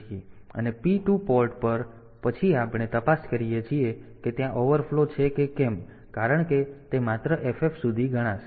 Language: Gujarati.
અને P 2 પોર્ટ પર પછી આપણે તપાસ કરીએ છીએ કે ત્યાં ઓવરફ્લો છે કે કેમ કારણ કે તે માત્ર ff સુધી ગણાશે